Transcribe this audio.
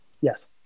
Yes